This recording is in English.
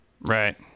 Right